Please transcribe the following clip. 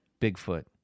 bigfoot